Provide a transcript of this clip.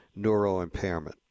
neuroimpairment